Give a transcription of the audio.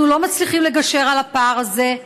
אנחנו לא מצליחים לגשר על הפער הזה.